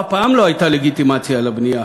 אף פעם לא הייתה לגיטימציה לבנייה.